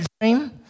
dream